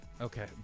Okay